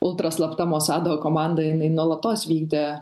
ultraslapta mosado komanda jinai nuolatos vykdė